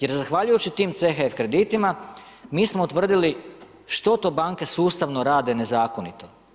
Jer zahvaljujući tim CHF kreditima mi smo utvrdili što to banke sustavno rade nezakonito.